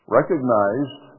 Recognized